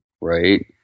right